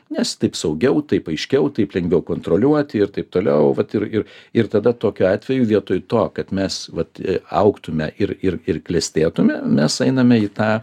nes taip saugiau taip aiškiau taip lengviau kontroliuoti ir taip toliau vat ir ir ir tada tokiu atveju vietoj to kad mes vat augtume ir ir klestėtume mes einame į tą